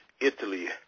Italy